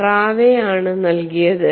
റാവേ ആണ് നൽകിയത്